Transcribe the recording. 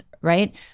right